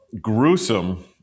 gruesome